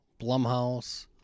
Blumhouse